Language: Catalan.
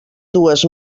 dues